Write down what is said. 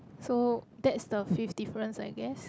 so that's the fifth difference I guess